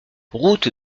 route